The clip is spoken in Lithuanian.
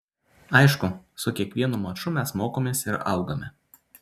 aišku su kiekvienu maču mes mokomės ir augame